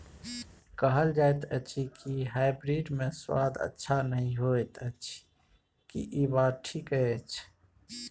कहल जायत अछि की हाइब्रिड मे स्वाद अच्छा नही होयत अछि, की इ बात ठीक अछि?